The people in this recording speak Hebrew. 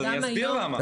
אז אני אסביר למה.